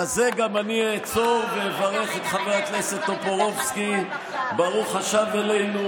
לזה גם אני אעצור ואברך את חבר הכנסת טופורובסקי: ברוך השב אלינו